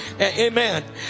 Amen